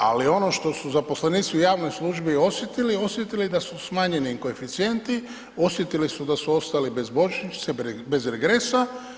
Ali, ono što su zaposlenici u javnoj služi osjetili, osjetili da su smanjeni koeficijenti, osjetili su da su ostali bez božićnice, bez regresa.